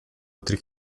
altri